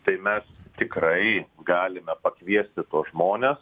tai mes tikrai galime pakviesti tuos žmones